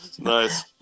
Nice